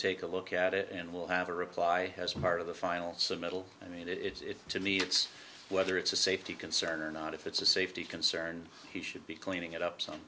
take a look at it and we'll have a reply has been part of the final submittal i mean it's to me it's whether it's a safety concern or not if it's a safety concern he should be cleaning it up so